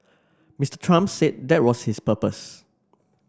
Mister Trump said that was his purpose